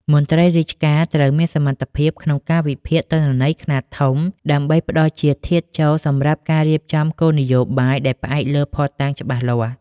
មន្ត្រីរាជការត្រូវមានសមត្ថភាពក្នុងការវិភាគទិន្នន័យខ្នាតធំ ដើម្បីផ្តល់ជាធាតុចូលសម្រាប់ការរៀបចំគោលនយោបាយដែលផ្អែកលើភស្តុតាងច្បាស់លាស់។